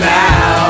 now